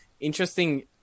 interesting